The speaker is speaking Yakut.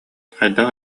хайдах